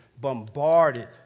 bombarded